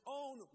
own